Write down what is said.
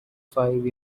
five